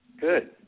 Good